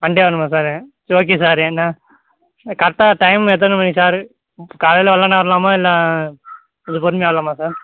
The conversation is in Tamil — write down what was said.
மண்டே வரணுமா சாரே சரி ஓகே சார் ஏன்னா கரெட்டாக டைம் எத்தனை மணிக்கு சாரு காலையில வெள்ளன வர்லாமா இல்லை கொஞ்சம் பொறுமையாக வரலாமா சார்